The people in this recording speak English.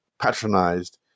patronized